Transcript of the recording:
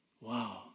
Wow